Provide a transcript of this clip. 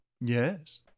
Yes